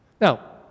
Now